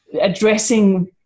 addressing